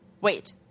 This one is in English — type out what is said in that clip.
wait